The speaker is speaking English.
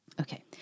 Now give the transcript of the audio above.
Okay